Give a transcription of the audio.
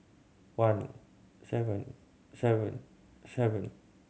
one seven seven seven